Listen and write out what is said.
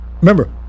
remember